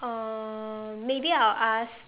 uh maybe I'll ask